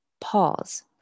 pause